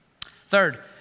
Third